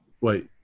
wait